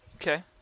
Okay